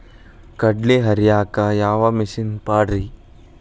ಕಡ್ಲಿ ಹರಿಯಾಕ ಯಾವ ಮಿಷನ್ ಪಾಡ್ರೇ?